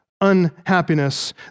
unhappiness